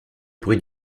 bruit